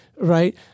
Right